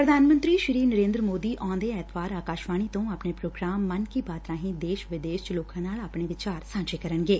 ਪ੍ਰਧਾਨ ਮੰਤਰੀ ਨਰੇਂਦਰ ਮੋਦੀ ਆਉਂਦੇ ਐਤਵਾਰ ਆਕਾਸ਼ਵਾਣੀ ਤੋਂ ਆਪਣੇ ਪ੍ਰੋਗਰਾਮ ਮਨ ਕੀ ਬਾਤ ਰਾਹੀਂ ਦੇਸ਼ ਵਿਦੇਸ਼ ਚ ਲੋਕਾ ਨਾਲ ਆਪਣੇ ਵਿਚਾਰ ਸਾਂਝੇ ਕਰਨਗੇ